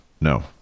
No